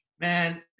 Man